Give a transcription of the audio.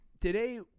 today